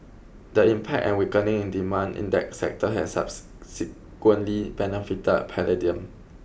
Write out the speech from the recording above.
the impact and weakening in demand in that sector has subsequently benefited palladium